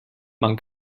man